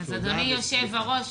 תודה וסליחה.